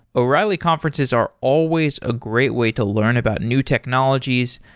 o'reilly conferences are always a great way to learn about new technologies,